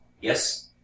yes